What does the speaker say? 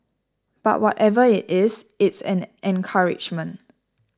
but whatever it is it's an encouragement